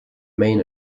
main